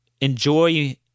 enjoy